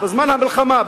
בזמן המלחמה,